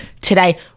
Today